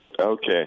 Okay